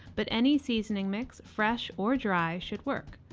but any seasoning mix fresh or dry should work.